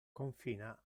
confina